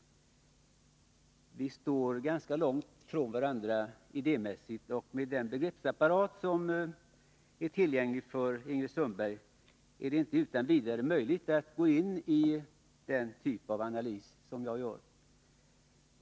Vi står ganska långt från varandra idémässigt. Med den begreppsapparat som är tillgänglig för Ingrid Sundberg är det inte utan vidare möjligt att gå in i den typ av analys som jag gör.